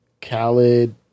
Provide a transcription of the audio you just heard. Khaled